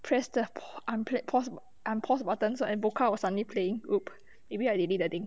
press the pau~ un-play pause unpause buttons so and boca was suddenly playing !oops! maybe I delete the thing